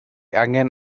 angen